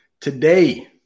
today